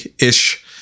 ish